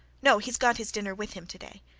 no, he's got his dinner with him to-day.